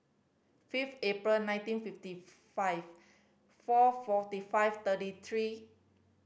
fifth April nineteen fifty five four forty five thirty three